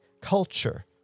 culture